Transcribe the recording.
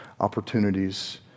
opportunities